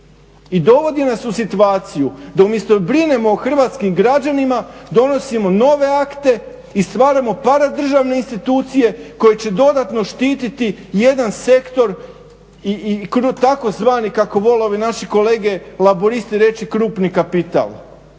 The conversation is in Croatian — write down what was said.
I dovodi nas u situaciju da umjesto brinemo o hrvatskim građanima donosimo nove akte i stvaramo paradržavne institucije koje će dodatno štititi jedan sektor t tzv. kako vole ovi naši kolege Laburisti reći krupni kapital.